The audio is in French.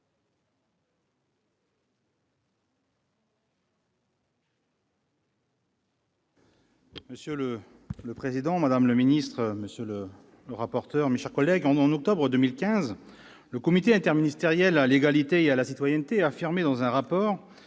Monsieur le président, madame la ministre, monsieur le rapporteur, mes chers collègues, en octobre 2015, le Comité interministériel à l'égalité et à la citoyenneté affirmait dans un rapport